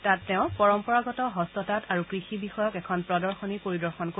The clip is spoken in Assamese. তাত তেওঁ পৰম্পৰাগত হস্ততাঁত আৰু কৃষি বিষয়ক এখন প্ৰদশনী পৰিদৰ্শন কৰিব